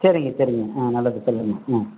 சரிங்க சரிங்க ஆ நல்லது சொல்லுங்கள் ஆ